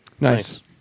Nice